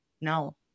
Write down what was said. No